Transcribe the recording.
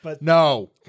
no